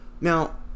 Now